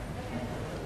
אדוני היושב-ראש,